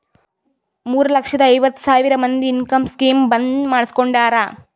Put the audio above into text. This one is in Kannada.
ಮೂರ ಲಕ್ಷದ ಐವತ್ ಸಾವಿರ ಮಂದಿ ಇನ್ಕಮ್ ಸ್ಕೀಮ್ ಬಂದ್ ಮಾಡುಸ್ಕೊಂಡಾರ್